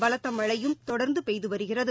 பலத்த மழையும் தொடர்ந்து பெய்து வருகிறது